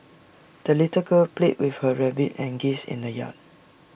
the little girl played with her rabbit and geese in the yard